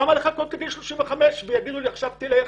למה לחכות לגיל 35 ויגידו לי עכשיו תלך.